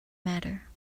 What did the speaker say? matter